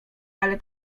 ale